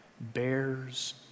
Bears